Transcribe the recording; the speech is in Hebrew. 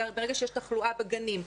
ברגע שיש תחלואה בגנים,